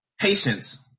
patience